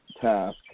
task